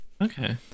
Okay